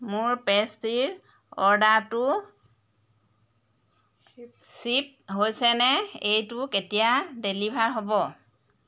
মোৰ পেষ্ট্ৰিৰ অৰ্ডাৰটো শ্বিপ হৈছেনে এইটো কেতিয়া ডেলিভাৰ হ'ব